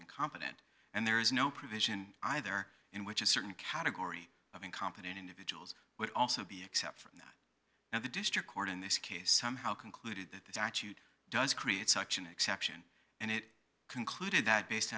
incompetent and there is no provision either in which a certain category of incompetent individuals would also be except for that and the district court in this case somehow concluded that this does create such an exception and it concluded that based